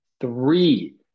Three